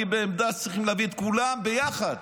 אני בעמדה שצריכים להביא את כולם יחד,